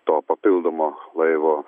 to papildomo laivo